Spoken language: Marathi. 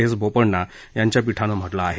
एस बोपण्णा यांच्या पीठानं म्हटलं आहे